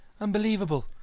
Unbelievable